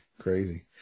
Crazy